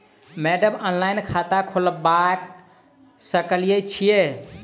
Madam online खाता खोलबा सकलिये छीयै?